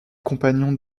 compagnons